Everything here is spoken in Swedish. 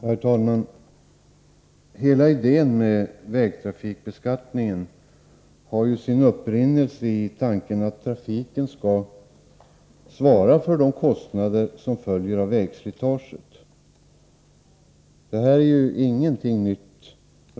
Herr talman! Hela idén med vägtrafikbeskattningen har sin upprinnelse i tanken att trafiken skall svara för de kostnader som följer av vägslitaget. Detta är ju ingenting nytt.